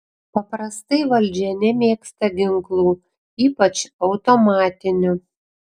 paprastai valdžia nemėgsta ginklų ypač automatinių